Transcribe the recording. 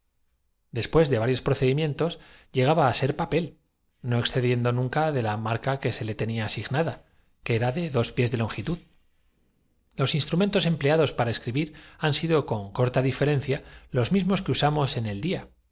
después de varios procedimientos llegaba á ser papel no exce siracusanos lo hacían en hojas de olivo y los atenien diendo nunca de la marca que se le tenía asignada que ses en conchas en atenas cuenta suidas que se con era dos signaban los nombres de los valientes que habían su piés de longitud los instrumentos empleados cumbido en defensa de la patria sobre el velo de para escribir han sido con corta diferencia los mismos minerva que usamos en el día